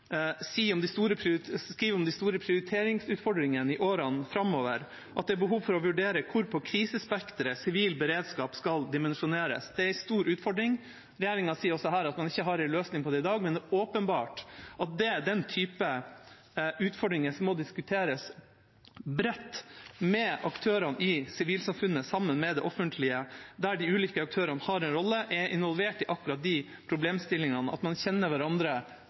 om de store prioriteringsutfordringene i årene framover, og at det er behov for å vurdere hvor på krisespekteret sivil beredskap skal dimensjoneres. Det er en stor utfordring. Regjeringa sier også her at man ikke har en løsning på det i dag, men det er åpenbart at det er den typen utfordringer som må diskuteres bredt med aktørene i sivilsamfunnet, sammen med det offentlige, der de ulike aktørene har en rolle, er involvert i akkurat de problemstillingene, og der man kjenner